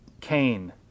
Cain